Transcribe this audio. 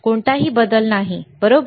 कोणताही बदल नाही बरोबर